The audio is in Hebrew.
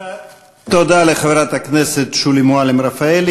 תודה לחברת הכנסת שולי מועלם-רפאלי.